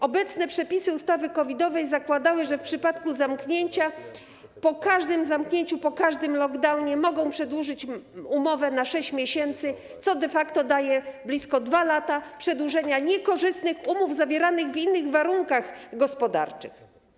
Obecne przepisy ustawy COVID-owej zakładają, że w przypadku zamknięcia, po każdym lockdownie ci przedsiębiorcy będą mogli przedłużyć umowy o 6 miesięcy, co de facto daje blisko 2 lata przedłużenia niekorzystnych umów zawieranych w innych warunkach gospodarczych.